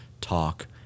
Talk